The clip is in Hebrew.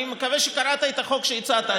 אני מקווה שקראת את החוק שהצעת.